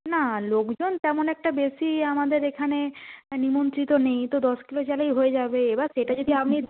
না লোকজন তেমন একটা বেশি আমাদের এখানে নিমন্ত্রিত নেই তো দশ কিলো চালেই হয়ে যাবে এবার সেটা যদি আপনি